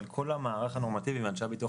אבל כל המערך הנורמטיבי ואנשי הביטוח